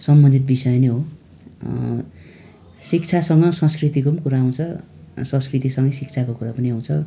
सम्बन्धित विषय नै हो शिक्षासँग संस्कृतिको पनि कुरा आउँछ संस्कृतिसँगै शिक्षाको कुरा पनि आउँछ